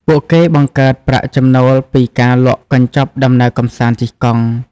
ពួកគេបង្កើតប្រាក់ចំណូលពីការលក់កញ្ចប់ដំណើរកម្សាន្តជិះកង់ ។